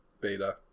beta